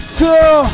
two